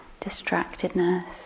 distractedness